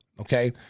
okay, –